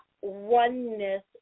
oneness